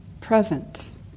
Presence